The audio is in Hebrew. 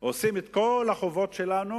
ממלאים את כל החובות שלנו